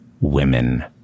women